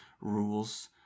rules